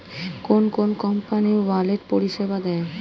কোন কোন company wallet পরিষেবা দেয়?